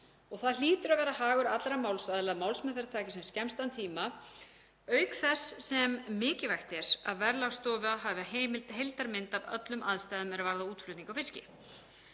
og það hlýtur að vera hagur allra málsaðila að málsmeðferð taki sem skemmstan tíma, auk þess sem mikilvægt er að Verðlagsstofa hafi heildarmynd af öllum aðstæðum er varða útflutning á fiski.